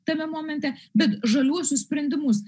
tame momente bet žaliuosius sprendimus